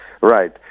right